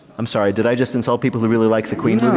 i'm sorry. did i just insult people who really like the queen's